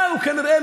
באו כנראה,